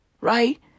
Right